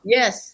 Yes